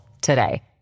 today